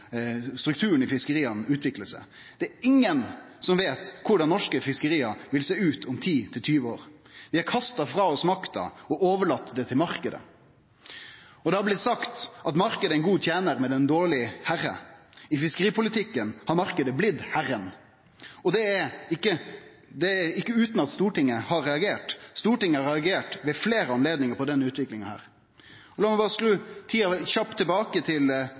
strukturen i fiskeria utviklar seg. Det er ingen som veit korleis norske fiskeri vil sjå ut om 10–20 år. Vi har kasta frå oss makta og overlate det til marknaden. Det har blitt sagt at marknaden er ein god tenar, men ein dårleg herre. I fiskeripolitikken har marknaden blitt herren, og det ikkje utan at Stortinget har reagert. Stortinget har ved fleire høve reagert på denne utviklinga. La meg berre skru tida kjapt tilbake til